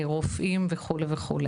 רופאים ועוד.